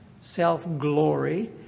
self-glory